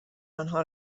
آنها